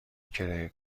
کرایه